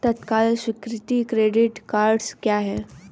तत्काल स्वीकृति credit cards क्या हैं?